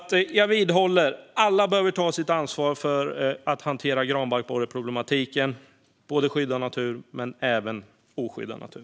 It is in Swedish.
Jag vidhåller att alla behöver ta sitt ansvar för att hantera granbarkborreproblematiken, både i skyddad natur och i oskyddad natur.